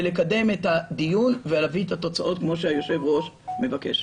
לקדם את הדיון ולהביא את התוצאות כמו שהיושב-ראש מבקש.